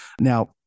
Now